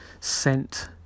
scent